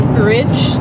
bridge